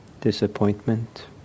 disappointment